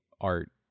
art